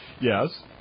Yes